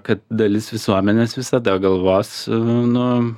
kad dalis visuomenės visada galvos nu